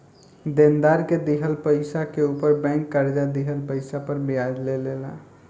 देनदार के दिहल पइसा के ऊपर बैंक कर्जा दिहल पइसा पर ब्याज ले ला